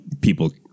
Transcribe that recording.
people